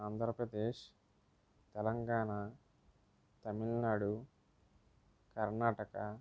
Andhra Pradesh Telangana Tamil Nadu Karnataka